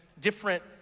different